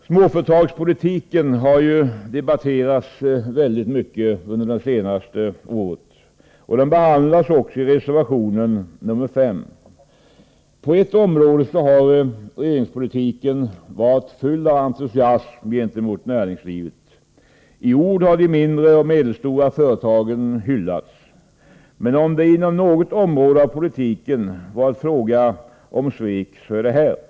Småföretagspolitiken har debatterats väldigt mycket under det senaste året, och den behandlas också i reservation nr 5. På ett område har regeringspolitiken varit fylld av entusiasm gentemot näringslivet. I ord har de mindre och medelstora företagen hyllats — men om det inom något område av politiken varit fråga om svek, så är det inom detta.